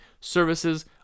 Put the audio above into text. services